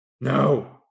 No